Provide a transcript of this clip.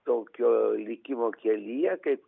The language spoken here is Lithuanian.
tokio likimo kelyje kaip